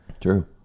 True